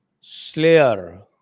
Slayer